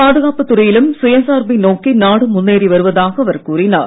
பாதுகாப்புத் துறையிலும் சுயசார்பை நோக்கி நாடு முன்னேறி வருவதாக அவர் கூறினார்